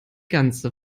ganze